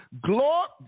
glory